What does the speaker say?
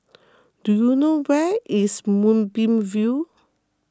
do you know where is Moonbeam View